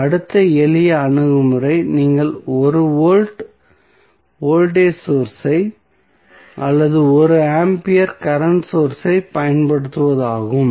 எனவே அடுத்த எளிய அணுகுமுறை நீங்கள் 1 வோல்ட் வோல்டேஜ் சோர்ஸ் ஐ அல்லது 1 ஆம்பியர் கரண்ட் சோர்ஸ் ஐப் பயன்படுத்துவதாகும்